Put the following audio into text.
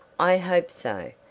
i hope so.